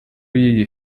y’iyi